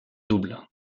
double